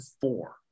four